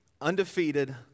undefeated